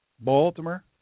Baltimore